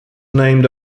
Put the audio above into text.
named